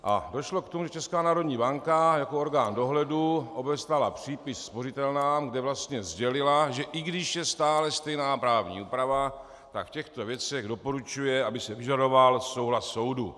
A došlo k tomu, že Česká národní banka jako orgán dohledu obeslala přípis spořitelnám, kde vlastně sdělila, že i když je stále stejná právní úprava, tak v těchto věcech doporučuje, aby se vyžadoval souhlas soudu.